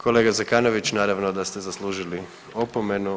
Kolega Zekanović, naravno da ste zaslužili opomenu.